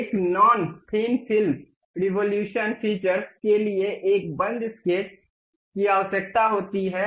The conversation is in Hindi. एक non thin film revolution features के लिए एक बंद स्केच की आवश्यकता होती है